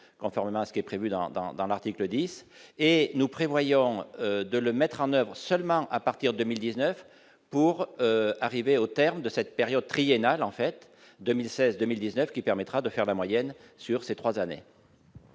conformément à ce qui est prévu, dans, dans, dans l'article 10 et nous prévoyons de le mettre en oeuvre, seulement à partir de 1019 pour arriver au terme de cette période triennale en fait 2016, 2019 qui permettra de faire la moyenne sur ces 3 années.